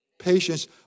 patience